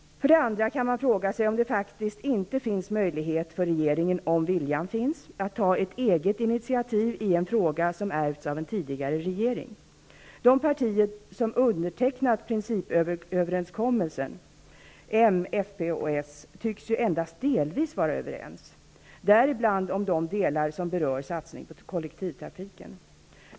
För det andra kan man fråga sig om det faktiskt inte finns möjlighet för regeringen, om viljan finns, att ta ett eget initiativ i en fråga som ärvts från en tidigare regering. De partier som undertecknat principöverenskommelsen -- m, fp och s -- tycks endast delvis vara överens, däribland om de delar som berör satsning på kollektivtrafiken.